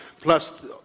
plus